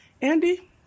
Andy